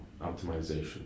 optimization